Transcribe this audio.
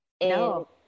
No